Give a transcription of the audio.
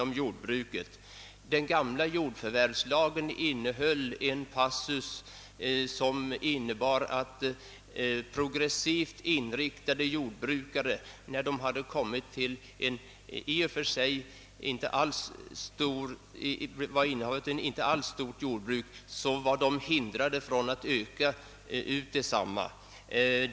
a. kan nämnas att den gamla jordförvärvslagen innehöll en passus som innebar att progressivt inriktade jordbrukare, innehavare av i själva verket mycket små jordbruk, på grund av lagens utformning hindrades från att utöka sina fastigheter.